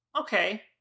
okay